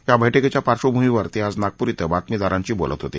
या बैठकीच्या पार्वभूमीवर ते आज नागपूर इथं बातमीदारांशी बोलत होते